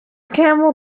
camel